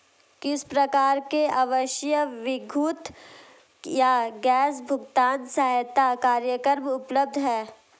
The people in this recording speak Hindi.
किस प्रकार के आवासीय विद्युत या गैस भुगतान सहायता कार्यक्रम उपलब्ध हैं?